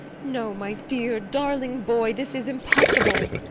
no, my dear, darling boy this is impossible!